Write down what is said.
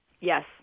Yes